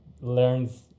learns